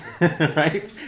right